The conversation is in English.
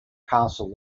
castle